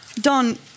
Don